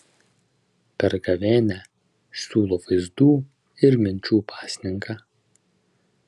per gavėnią siūlo vaizdų ir minčių pasninką